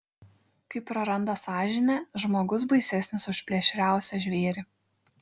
kai praranda sąžinę žmogus baisesnis už plėšriausią žvėrį